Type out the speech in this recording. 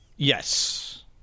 Yes